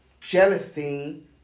jealousy